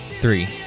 Three